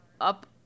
up